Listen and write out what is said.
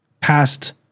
past